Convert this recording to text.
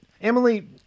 Emily